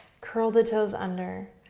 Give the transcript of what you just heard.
curl the toes under.